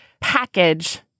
package